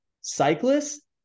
Cyclists